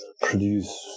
produce